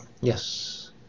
Yes